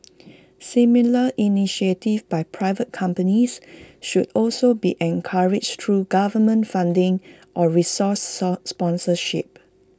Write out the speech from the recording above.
similar initiatives by private companies should also be encouraged through government funding or resource sponsorship